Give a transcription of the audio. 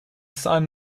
son